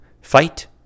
fight